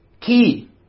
Key